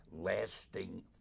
lasting